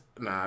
Nah